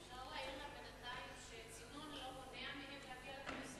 אם אפשר להעיר לה בינתיים שצינון לא מונע מהם להגיע לכנסת.